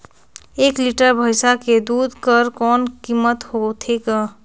एक लीटर भैंसा के दूध कर कौन कीमत होथे ग?